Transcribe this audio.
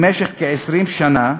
במשך כ-20 שנה,